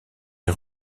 est